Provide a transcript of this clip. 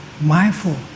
mindful